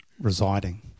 residing